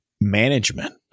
management